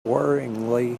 worryingly